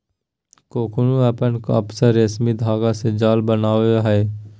cocoon अपन आसपास रेशमी धागा से जाल बनावय हइ